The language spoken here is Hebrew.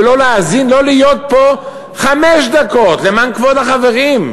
ולא להיות פה חמש דקות למען כבוד החברים,